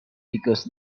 because